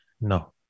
No